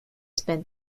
spent